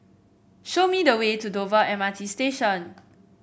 show me the way to Dover M R T Station